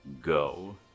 go